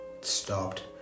stopped